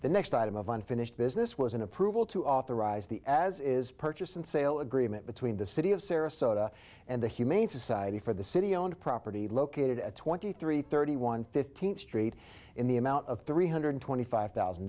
the next item of unfinished business was an approval to authorize the as is purchase and sale agreement between the city of sarasota and the humane society for the city owned property located at twenty three thirty one fifteenth street in the amount of three hundred twenty five thousand